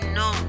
no